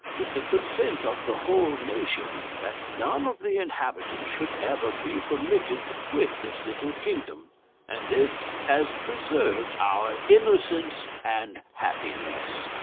with the consent of the whole nation, that none of the inhabitants should ever be permitted to quit this little kingdom and this has preserved our innocence and happiness.